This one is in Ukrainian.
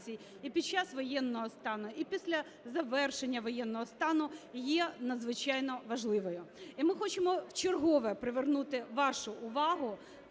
і під час воєнного стану, і після завершення воєнного стану є надзвичайно важливою. І ми хочемо вчергове привернути вашу увагу